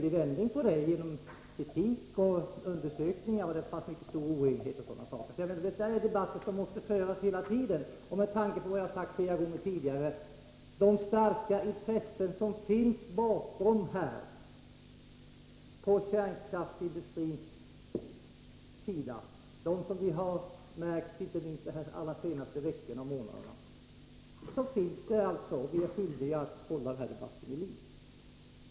En ändring kom till stånd efter kritik och undersökningar och på grund av att det fanns en mycket stor oenighet. Jag menar att sådana debatter måste föras hela tiden. Som jag sagt flera gånger tidigare är vi skyldiga att hålla den här debatten vid liv med tanke på de starka intressen från kärnkraftsindustrins sida som ligger bakom det hela och som vi märkt inte minst de allra senaste veckorna och månaderna.